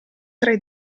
tre